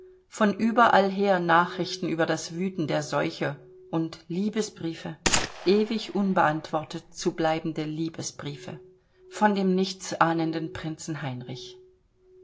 von überall her nachrichten über das wüten der seuche und liebesbriefe ewig unbeantwortet zu bleibende liebesbriefe von dem nichts ahnenden prinzen heinrich